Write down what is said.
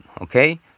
okay